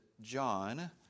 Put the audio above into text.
John